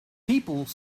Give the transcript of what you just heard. people